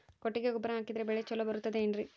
ಕೊಟ್ಟಿಗೆ ಗೊಬ್ಬರ ಹಾಕಿದರೆ ಬೆಳೆ ಚೊಲೊ ಬರುತ್ತದೆ ಏನ್ರಿ?